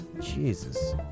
Jesus